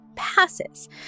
passes